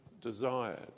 desired